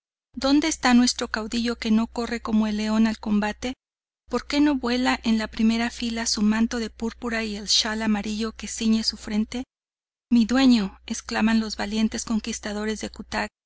donde esta nuestro caudillo que no corre como el león al combate porque no vuela en la primera fila su manto de púrpura y el schal amarillo que ciñe su frente mi dueño exclaman los valientes conquistadores de cutac